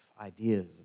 ideas